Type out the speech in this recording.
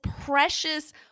precious